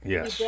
Yes